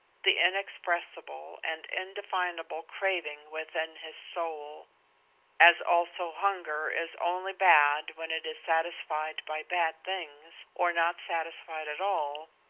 the inexpressible and indefinable craving within his soul as also hunger is only bad when it is satisfied by bad things, or not satisfied at all,